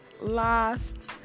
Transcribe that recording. laughed